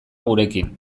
gurekin